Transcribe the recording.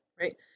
right